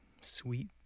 sweet